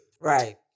Right